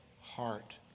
heart